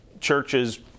churches